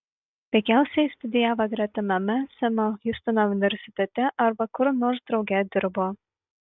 veikiausiai studijavo gretimame semo hiustono universitete arba kur nors drauge dirbo